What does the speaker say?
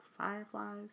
Fireflies